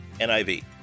NIV